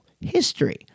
history